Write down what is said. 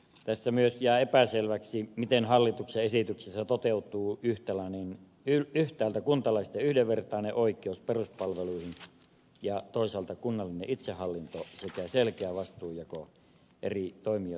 tässä myös jää epäselväksi miten hallituksen esityksessä toteutuu yhtäältä kuntalaisten yhdenvertainen oikeus peruspalveluihin ja toisaalta kunnallinen itsehallinto sekä selkeä vastuunjako eri toimijoiden välillä